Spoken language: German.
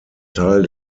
teil